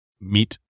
meet